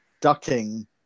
ducking